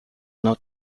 not